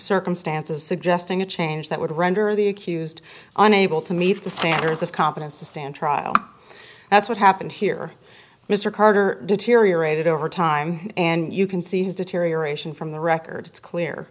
a change that would render the accused unable to meet the standards of competence to stand trial that's what happened here mr carter deteriorated over time and you can see his deterioration from the record it's clear